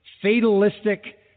fatalistic